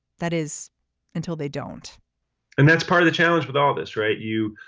that is until they don't and that's part of the challenge with all of this right you.